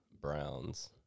Browns